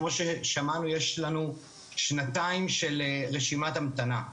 כמו ששמענו, יש לנו שנתיים של רשימת המתנה.